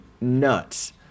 nuts